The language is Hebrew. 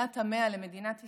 שנת ה-100 למדינת ישראל,